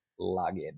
login